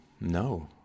No